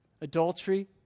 adultery